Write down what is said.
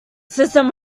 system